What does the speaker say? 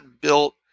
built